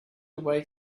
away